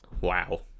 Wow